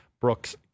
Brooks